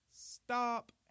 Stop